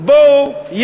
בואו,